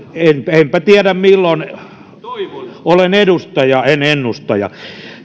enpä tiedä milloin olen edustaja en ennustaja